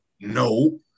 No